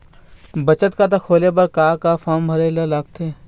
बचत खाता खोले बर का का फॉर्म भरे बार लगथे?